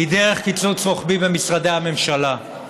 היא דרך קיצוץ רוחבי במשרדי הממשלה.